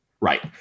Right